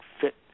fit